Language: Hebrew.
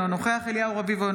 אינו נוכח אליהו רביבו,